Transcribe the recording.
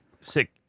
sick